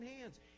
hands